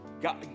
God